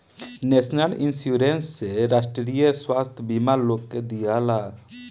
national insurance से राष्ट्रीय स्वास्थ्य बीमा लोग के दियाला